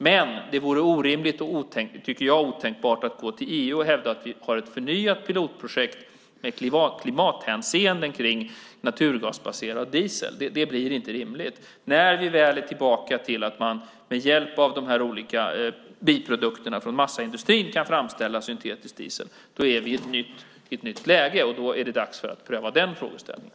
Men det vore orimligt och, tycker jag, otänkbart att gå till EU och hävda att vi har ett förnyat pilotprojekt med klimathänseenden kring naturgasbaserad diesel. Det blir inte rimligt. När vi väl är tillbaka till att man med hjälp av de olika biprodukterna från massaindustrin kan framställa syntetisk diesel är vi i ett nytt läge, och då är det dags att pröva den frågeställningen.